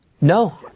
No